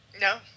No